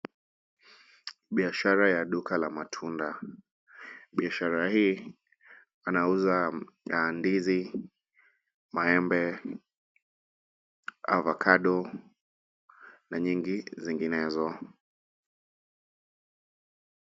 Biashara ya duka la matunda. Biashara hii anauza ndizi, maembe, avakado na nyingi zinginezo.